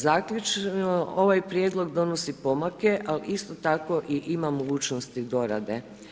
Zaključno ovaj prijedlog donosi pomake ali isto tako i ima mogućnosti dorade.